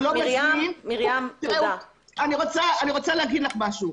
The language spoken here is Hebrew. אני רוצה לומר לך משהו.